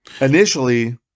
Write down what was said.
initially